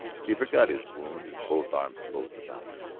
he forgot his wound as both arms closed about her.